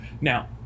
Now